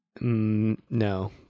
no